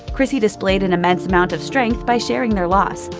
chrissy displayed an immense amount of strength by sharing their loss,